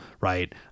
right